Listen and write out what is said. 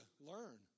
learn